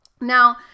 Now